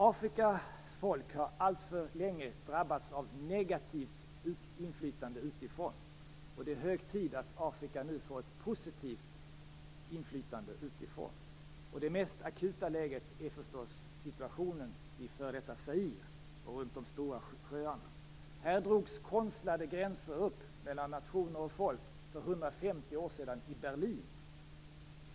Afrikas folk har alltför länge drabbats av negativt inflytande utifrån. Det är hög tid att Afrika nu får ett positivt inflytande utifrån. Det mest akuta läget är förstås situationen i f.d. Zaire och runt de stora sjöarna. Här drogs konstlade gränser upp mellan nationer och folk för 150 år sedan i Berlin.